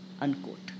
Unquote